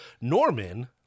Norman